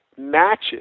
matches